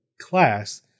class